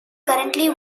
currently